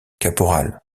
caporal